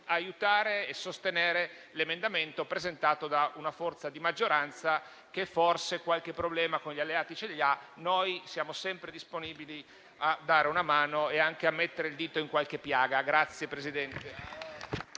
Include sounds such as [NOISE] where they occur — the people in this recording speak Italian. aiutare e sostenere l'emendamento presentato da una forza di maggioranza che forse ha qualche problema con gli alleati. Noi siamo sempre disponibili a dare una mano e anche mettere il dito in qualche piaga. [APPLAUSE]